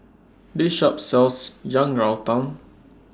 This Shop sells Yang Rou Tang